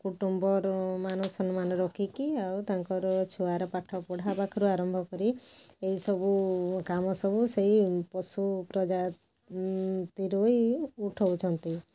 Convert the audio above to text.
କୁଟୁମ୍ବର ମାନ ସମ୍ମାନ ରଖିକି ଆଉ ତାଙ୍କର ଛୁଆର ପାଠ ପଢ଼ା ପାଖରୁ ଆରମ୍ଭ କରି ଏଇସବୁ କାମ ସବୁ ସେଇ ପଶୁ ପ୍ରଜାତିରୁ ହି ଉଠଉଛନ୍ତି